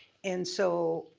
and so,